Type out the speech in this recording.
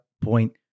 point